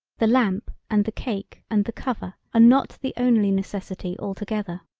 the lamp and the cake and the cover are not the only necessity altogether.